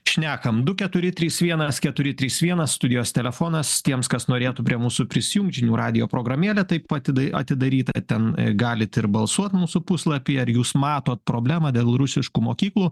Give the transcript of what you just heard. šnekam du keturi trys vienas keturi trys vienas studijos telefonas tiems kas norėtų prie mūsų prisijungt žinių radijo programėlė taip pat atida atidaryta ten galit ir balsuot mūsų puslapyje ar jūs matot problemą dėl rusiškų mokyklų